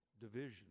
division